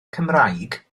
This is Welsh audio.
cymraeg